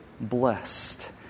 blessed